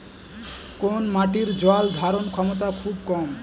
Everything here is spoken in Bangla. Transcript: কোন মাটির জল ধারণ ক্ষমতা খুব কম?